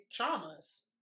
traumas